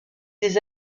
des